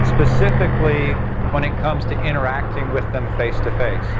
specifically when it comes to interacting with them face to face.